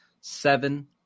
seven